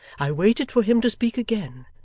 i waited for him to speak again,